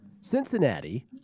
Cincinnati